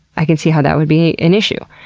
i can see how that would be an issue.